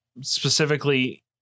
specifically